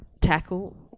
tackle –